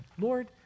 Lord